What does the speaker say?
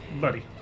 buddy